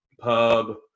pub